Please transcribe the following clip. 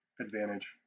advantage